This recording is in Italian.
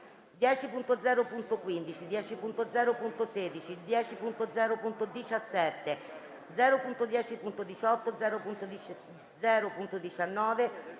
10.0.15, 10.0.16, 10.0.17, 10.0.18, 10.0.19,